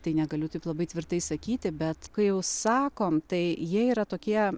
tai negaliu taip labai tvirtai sakyti bet kai jau sakom tai jie yra tokie